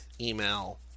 email